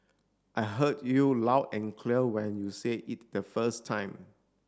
I heard you loud and clear when you said it the first time